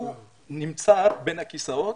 הוא נמצא בין הכיסאות.